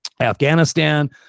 Afghanistan